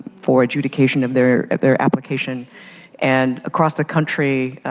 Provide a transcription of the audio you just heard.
for adjudication of their their application and across the country,